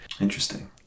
interesting